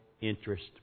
interest